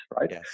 right